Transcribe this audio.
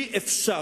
אי-אפשר